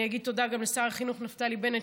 אני אגיד תודה גם לשר החינוך נפתלי בנט,